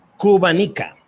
Cubanica